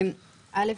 א',